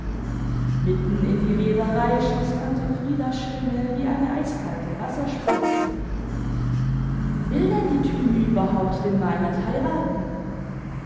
mitten in die rederei schoß tante friedas stimme wie eine eiskalte wasserspritze will denn die thymi überhaupt den meinert heiraten